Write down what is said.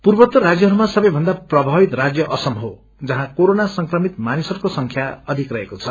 पूर्वोतर राज्यहरूमा सबैभन्दा प्रमावित राज्य असम हो जहाँ कोरोना संक्रमित मानिसहरूको संख्या अधिक रहेको छ